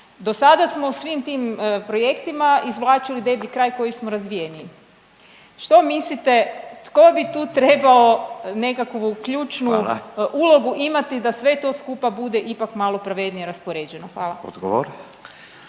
Do sada smo u svim tim projektima izvlačili deblji kraj koji smo razvijeniji. Što mislite tko bi tu trebao nekakvu ključnu … …/Upadica Radin: Hvala./… …ulogu imati da sve to skupa bude ipak malo pravednije raspoređeno? Hvala. **Radin,